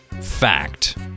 fact